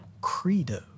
credo